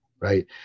right